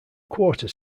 quarter